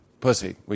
Pussy